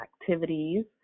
activities